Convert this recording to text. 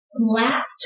last